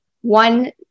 one